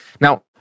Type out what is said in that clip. Now